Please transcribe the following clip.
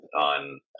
on